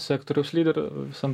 sektoriaus lyderiu visam